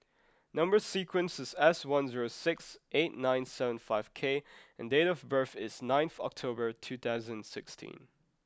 number sequence is S one zero six eight nine seven five K and date of birth is ninth October two thousand and sixteen